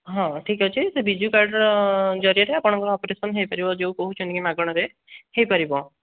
ହଁ ଠିକ୍ ଅଛି ସେ ବିଜୁ କାର୍ଡ଼୍ର ଜରିଆରେ ଆପଣଙ୍କର ଅପରେସନ୍ ହୋଇପାରିବ ଯେଉଁ କହୁଛନ୍ତି କି ମାଗଣାରେ ହୋଇପାରିବ